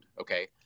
okay